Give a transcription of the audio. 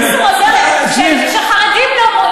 מי שלא רוצה שהבנות יתגייסו עוזר להן.